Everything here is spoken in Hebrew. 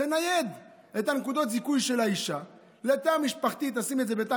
תנייד את נקודות הזיכוי של האישה לתא המשפחתי,